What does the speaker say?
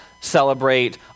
celebrate